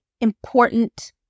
important